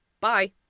bye